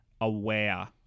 aware